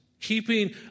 Keeping